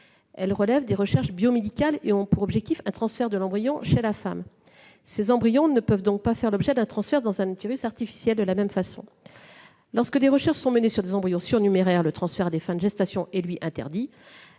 elles relèvent des recherches biomédicales et ont pour objectif un transfert de l'embryon chez la femme. Ces embryons ne peuvent donc pas faire l'objet d'un transfert dans un utérus artificiel. Lorsque des recherches sont menées sur des embryons surnuméraires, le transfert à des fins de gestation est, lui, interdit.